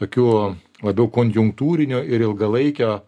tokių labiau konjunktūrinio ir ilgalaikio